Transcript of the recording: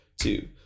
two